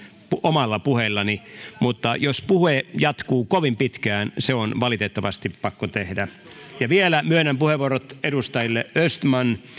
omalla puheellani mutta jos puhe jatkuu kovin pitkään se on valitettavasti pakko tehdä vielä myönnän puheenvuorot edustajille östman